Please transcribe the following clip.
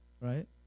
Right